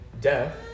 death